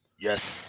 yes